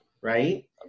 right